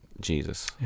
Jesus